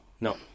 no